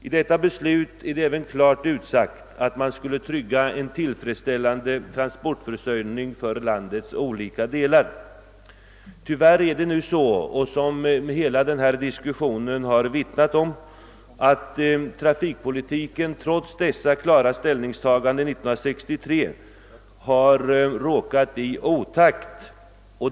I detta beslut blev det även klart utsagt att man skulle trygga en tillfredsställande transportförsörjning för landets olika delar. Tyvärr förhåller det sig så — vilket hela denna diskussion har vittnat om — att trafikpolitiken trots dessa klara ställningstaganden år 1963 har råkat i otakt.